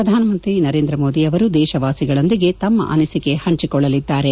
ಪ್ರಧಾನಮಂತ್ರಿ ನರೇಂದ್ರ ಮೋದಿ ಅವರು ದೇಶವಾಸಿಗಳೊಂದಿಗೆ ತಮ್ಮ ಅನಿಸಿಕೆ ಪಂಚಿಕೊಳ್ಳಲಿದ್ದಾರೆ